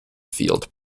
field